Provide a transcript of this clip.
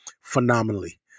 phenomenally